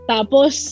Tapos